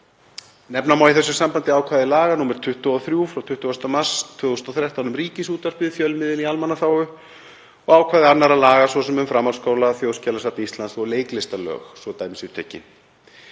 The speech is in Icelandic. Nefna má í þessu sambandi ákvæði laga nr. 23 frá 20. mars 2013, um Ríkisútvarpið, fjölmiðil í almannaþágu, og ákvæði annarra laga, svo sem um framhaldsskóla, Þjóðskjalasafns Íslands og leiklistarlög svo dæmi séu tekin.